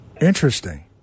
Interesting